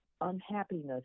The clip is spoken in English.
unhappiness